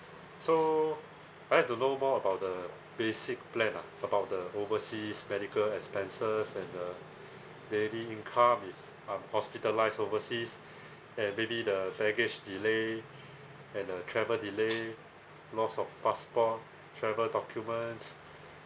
so I'd like to know more about the basic plan ah about the overseas medical expenses and the daily income if I'm hospitalized overseas and maybe the baggage delay and uh travel delay loss of passport travel documents